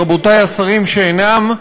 רבותי השרים שאינם,